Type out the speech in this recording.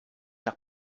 ich